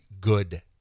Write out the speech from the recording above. good